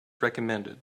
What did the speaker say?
recommended